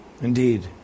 Indeed